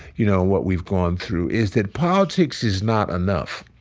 you know, what we've gone through, is that politics is not enough.